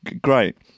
great